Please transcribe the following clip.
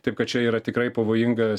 taip kad čia yra tikrai pavojingas